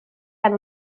gan